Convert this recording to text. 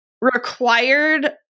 required